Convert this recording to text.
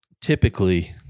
typically